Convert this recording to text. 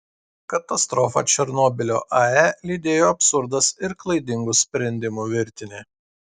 katastrofą černobylio ae lydėjo absurdas ir klaidingų sprendimų virtinė